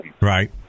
right